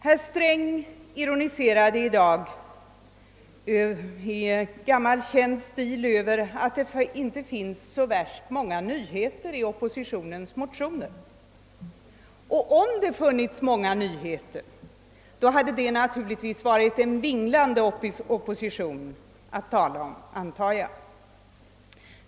Herr Sträng ironiserade i dag i gammal känd stil över att det inte finns så värst många nyheter i oppositionens motioner. Om det hade funnits många nyheter hade han naturligtvis talat om en vinglande opposition, antar jag.